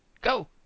Go